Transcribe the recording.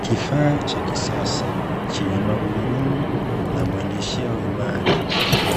Kifaa cha kisasa chenye magurudumu na muendesheo imara,